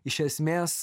iš esmės